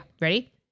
Ready